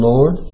Lord